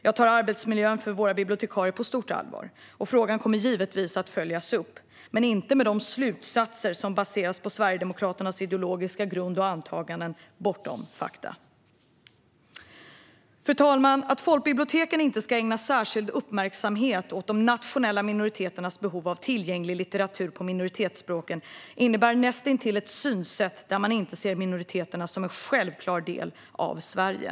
Jag tar arbetsmiljön för våra bibliotekarier på stort allvar, och frågan kommer givetvis att följas upp - men inte med de slutsatser som baseras på Sverigedemokraternas ideologiska grund och antaganden, bortom fakta. Fru talman! Att folkbiblioteken inte ska ägna särskild uppmärksamhet åt de nationella minoriteternas behov av litteratur på minoritetsspråken innebär näst intill ett synsätt där minoriteter inte ses som en självklar del av Sverige.